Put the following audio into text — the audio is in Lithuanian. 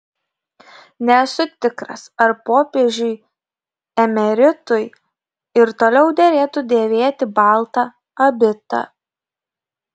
nesu tikras ar popiežiui emeritui ir toliau derėtų dėvėti baltą abitą